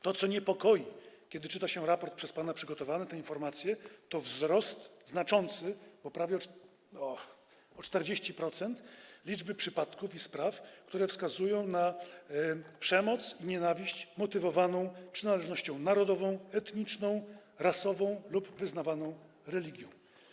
To, co niepokoi, kiedy czyta się raport przez pana przygotowany i te informacje, to wzrost, znaczący, bo prawie o 40%, liczby przypadków i spraw, które wskazują na przemoc i nienawiść motywowaną przynależnością narodową, etniczną, rasową lub wyznawaną religią.